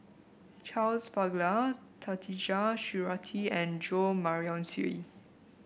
Charles Paglar Khatijah Surattee and Jo Marion Seow